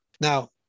Now